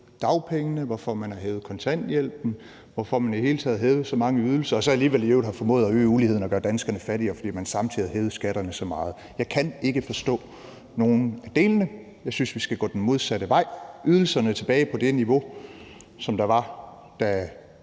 dagpengene og kontanthjælpen, hvorfor man i det hele taget har hævet så mange ydelser og så i øvrigt alligevel har formået at øge uligheden og gøre danskerne fattigere, fordi man samtidig har hævet skatterne så meget. Jeg kan ikke forstå nogen af delene. Jeg synes, vi skal gå den modsatte vej og få ydelserne tilbage på det niveau, der var, da